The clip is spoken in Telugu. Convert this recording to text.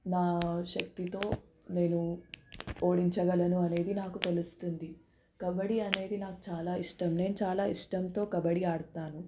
నాశక్తితో నేను ఓడించగలను అనేది నాకు తెలుస్తుంది కబడి అనేది నాకు చాలా ఇష్టం నేను చాలా ఇష్టంతో కబడి ఆడుతాను